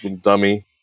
dummy